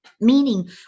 Meaning